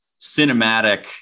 cinematic